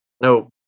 no